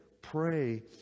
pray